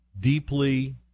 deeply